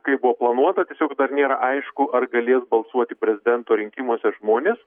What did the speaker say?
kaip buvo planuota tiesiog dar nėra aišku ar galės balsuoti prezidento rinkimuose žmonės